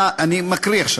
אני מקריא עכשיו.